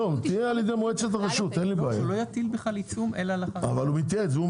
לא, שלא יטילו בכלל עיצום אלא לאחר התייעצות.